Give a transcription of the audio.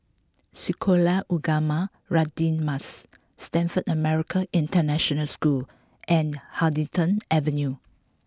Sekolah Ugama Radin Mas Stamford American International School and Huddington Avenue